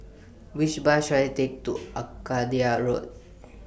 Which Bus should I Take to Arcadia Road